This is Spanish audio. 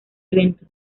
evento